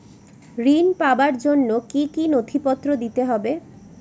ঋণ পাবার জন্য কি কী নথিপত্র দিতে হবে?